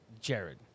Jared